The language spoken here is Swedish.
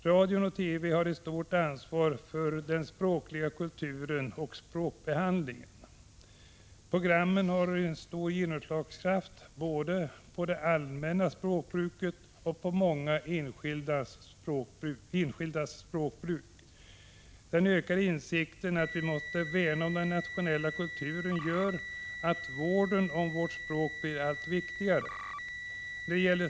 Radio och TV har ett stort ansvar för den språkliga kulturen och för språkbehandlingen. Programmen har stor genomslagskraft både i fråga om det allmänna språkbruket och i fråga om många enskildas språkbruk. Den ökade insikten om att vi måste värna om den nationella kulturen gör att vården om vårt språk blir allt viktigare.